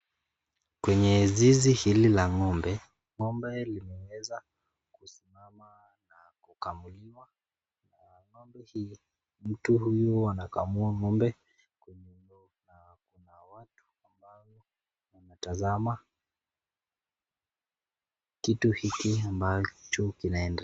Kwenye zizi hili la ng'ombe, ng'ombe limeweza kusimama na kukamuliwa na ng'ombe hii mtu huyu huwa anakamua ng'ombe kwenye ndoo na kuna watu ambao wanatazama kitu hiki ambacho kinaendelea.